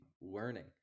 learning